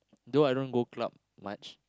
though I don't go club much